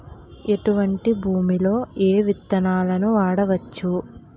ఎటువంటి భూమిలో ఏ విత్తనాలు వాడవచ్చు?